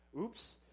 Oops